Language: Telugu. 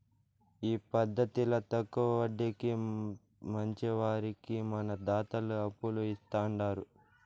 ఈ పద్దతిల తక్కవ వడ్డీకి మంచివారికి మన దాతలు అప్పులు ఇస్తాండారు